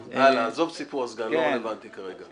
הלאה, עזוב את סיפור הסגן, זה לא רלוונטי כרגע.